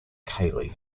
cayley